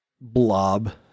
blob